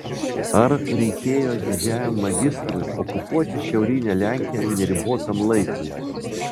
ar reikėjo didžiajam magistrui okupuoti šiaurinę lenkiją neribotam laikui